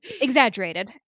exaggerated